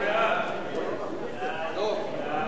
להצביע.